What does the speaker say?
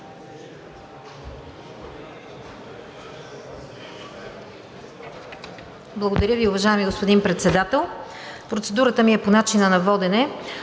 Благодаря Ви, уважаеми господин Председател. Та процедурата ми по начина на водене,